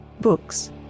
books